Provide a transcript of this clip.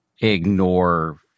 ignore